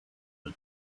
are